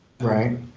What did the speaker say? Right